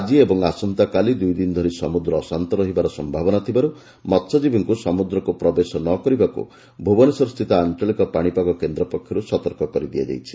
ଆଜି ଏବଂ କାଲି ଦୁଇଦିନ ଧରି ସମୁଦ୍ର ଅସାନ୍ତ ରହିବାର ସ୍ୟାବନା ଥିବାରୁ ମହ୍ୟଜୀବୀଙ୍କୁ ସମୁଦ୍ରକୁ ପ୍ରବେଶ ନ କରିବାକୁ ଭୁବନେଶ୍ୱର ସ୍ଥିତ ଆଞ୍ଚଳିକ ପାଶିପାକ କେନ୍ଦ୍ର ପକ୍ଷରୁ ସତର୍କ କରିଦିଆଯାଇଛି